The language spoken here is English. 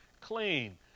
clean